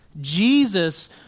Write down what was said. Jesus